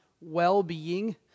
well-being